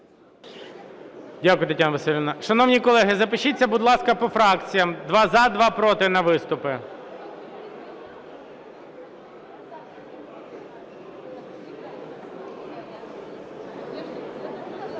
Дякую, Тетяно Василівно. Шановні колеги, запишіться, будь ласка, по фракціях, два – за, два – проти, на виступи.